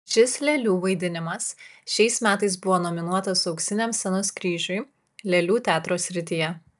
šis lėlių vaidinimas šiais metais buvo nominuotas auksiniam scenos kryžiui lėlių teatro srityje